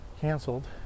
canceled